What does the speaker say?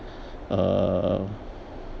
uh